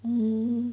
mm